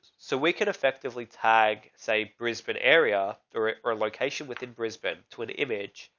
so we could effectively tag, say brisbane area or or location within brisbane to an image,